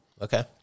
Okay